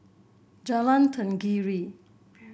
Jalan Tenggiri